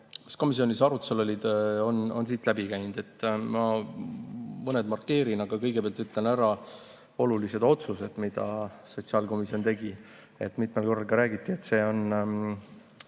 komisjonis arutusel olid, on siit läbi käinud. Ma mõned markeerin, aga kõigepealt ütlen ära olulised otsused, mis sotsiaalkomisjon tegi. Mitmel korral räägiti, et see on